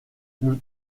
nous